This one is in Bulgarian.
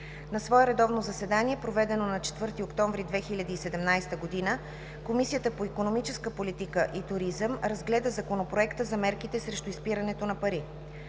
На свое редовно заседание, проведено на 4 октомври 2017 г., Комисията по икономическа политика и туризъм разгледа Законопроекта за мерките срещу изпирането на пари.